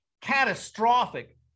catastrophic